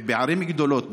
בערים גדולות,